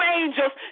angels